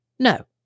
No